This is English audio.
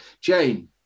Jane